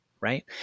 right